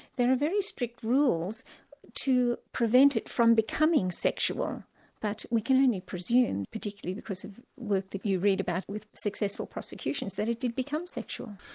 there are very strict rules to prevent it from becoming sexual that but we can only presume, particularly because of work that you read about with successful prosecutions, that it did become sexual.